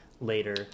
later